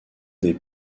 des